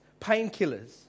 painkillers